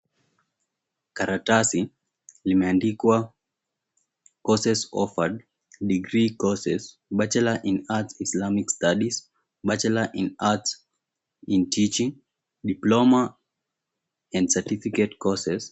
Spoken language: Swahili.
Karatasi limeandikwa courses offered degree courses, Bachelor in Arts Islamic Studies, Bachelor in Arts in Teaching, Diploma and Certificate Courses.